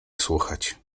słuchać